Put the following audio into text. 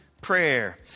prayer